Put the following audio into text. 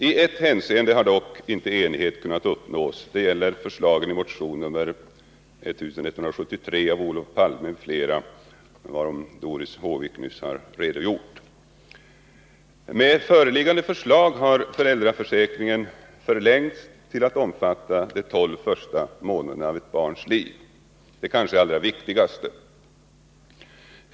I ett hänseende har dock inte enighet kunnat uppnås. Det gäller förslagen i motion nr 1173 av Olof Palme m.fl., som Doris Håvik nyss redogjort för. Med föreliggande förslag har föräldraförsäkringen förlängts till att omfatta de tolv första månaderna av ett barns liv — de kanske allra viktigaste.